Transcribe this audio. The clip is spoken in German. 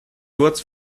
kurz